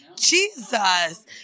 Jesus